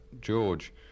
George